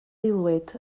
aelwyd